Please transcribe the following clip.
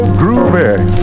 groovy